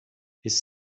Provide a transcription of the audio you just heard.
his